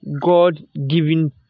God-given